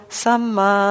sama